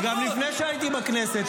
עוד גם לפני שהייתי בכנסת,